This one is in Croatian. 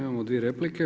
Imamo dvije replike.